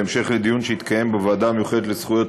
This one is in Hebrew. בהמשך לדיון שהתקיים בוועדה המיוחדת לזכויות